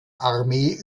armee